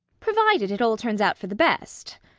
provided it all turns out for the best,